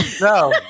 No